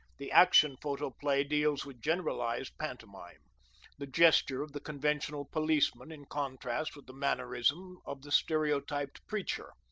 the action photoplay deals with generalized pantomime the gesture of the conventional policeman in contrast with the mannerism of the stereotyped preacher.